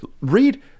read